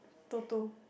Toto